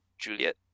Juliet